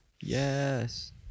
Yes